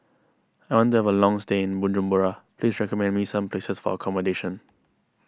I want to have a long stay in Bujumbura please recommend me some places for accommodation